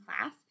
class